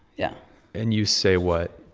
yeah and you say what?